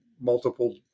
multiple